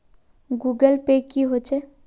Google Pay की होचे?